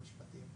חבר הכנסת אשר,